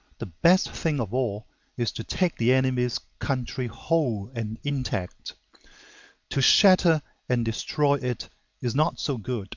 the best thing of all is to take the enemy's country whole and intact to shatter and destroy it is not so good